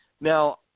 Now